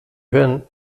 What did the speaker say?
hören